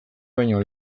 baino